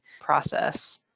process